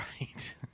right